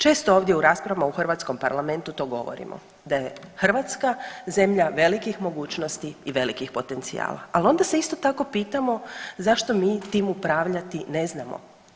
Često ovdje u rasprava u hrvatskom Parlamentu to govorimo da je Hrvatska zemlja velikih mogućnosti i velikih potencijala, ali onda se isto tako pitamo zašto mi tim upravljati ne znamo?